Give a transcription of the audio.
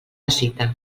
cita